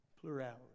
Plurality